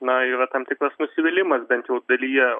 na yra tam tikras nusivylimas bent jau dalyje